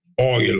oil